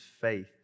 faith